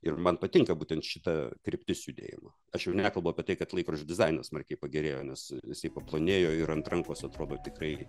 ir man patinka būtent šita kryptis judėjimo aš jau nekalbu apie tai kad laikrodžio dizainas smarkiai pagerėjo nes jisai paplonėjo ir ant rankos atrodo tikrai